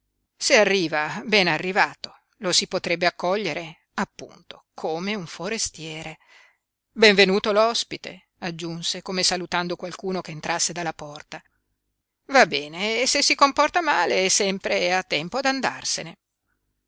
se arriva ben arrivato lo si potrebbe accogliere appunto come un forestiere ben venuto l'ospite aggiunse come salutando qualcuno che entrasse dalla porta va bene e se si comporta male è sempre a tempo ad andarsene